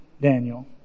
Daniel